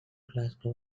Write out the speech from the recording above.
glasgow